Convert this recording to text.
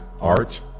art